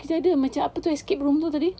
kita ada macam apa tu escape room tadi